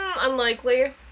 unlikely